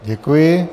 Děkuji.